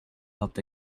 helped